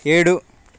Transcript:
ఏడు